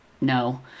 no